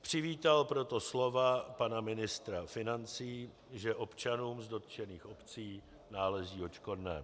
Přivítal proto slova pana ministra financí, že občanům z dotčených obcí náleží odškodné.